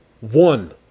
one